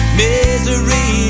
misery